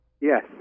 Yes